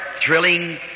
thrilling